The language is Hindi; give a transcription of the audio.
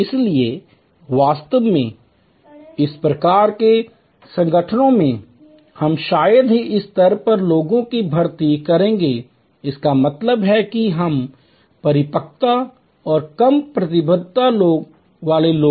इसलिए वास्तव में इस प्रकार के संगठनों में हम शायद ही इस स्तर पर लोगों की भर्ती करेंगे इसका मतलब है कि कम परिपक्वता और कम प्रतिबद्धता वाले लोग